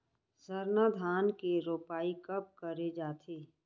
सरना धान के रोपाई कब करे जाथे?